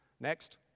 next